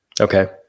Okay